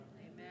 Amen